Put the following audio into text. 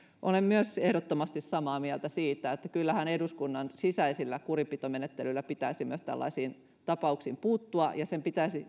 olen myös ehdottomasti samaa mieltä siitä että kyllähän eduskunnan sisäisillä kurinpitomenettelyillä pitäisi myös tällaisiin tapauksiin puuttua ja sen pitäisi